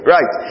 Right